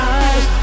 eyes